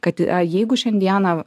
kad jeigu šiandieną